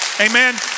amen